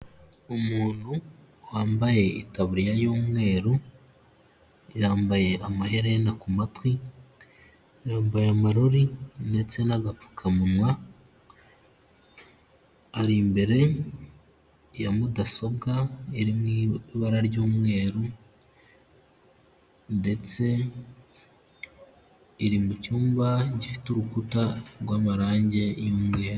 Umuntu wambaye itaburiya y'umweru, yambaye amaherena ku matwi, yambaye amarori ndetse n'agapfukamunwa, ari imbere ya mudasobwa iri mu ibara ry'umweru ndetse iri mu cyumba gifite urukuta rw'amarange y'umweru.